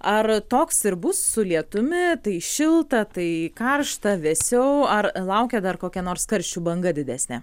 ar toks ir bus su lietumi tai šilta tai karšta vėsiau ar laukia dar kokia nors karščių banga didesnė